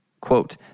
quote